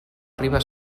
riba